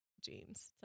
jeans